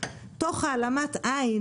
תוך העלמת עין,